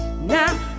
Now